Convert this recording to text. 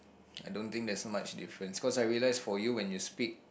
I don't think there's much difference cause I realise for you when you speak